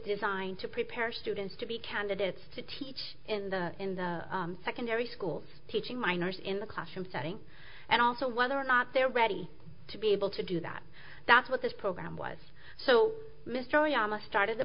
designed to prepare students to be candidates to teach in the in the secondary schools teaching minors in the classroom setting and also whether or not they're ready to be able to do that that's what this program was so mr oyama started the